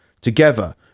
together